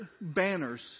banners